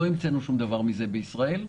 לא המצאנו שום דבר מזה בישראל.